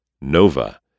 Nova